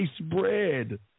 bread